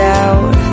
out